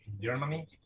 Germany